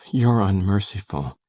you're unmerciful.